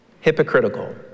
hypocritical